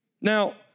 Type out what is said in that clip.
Now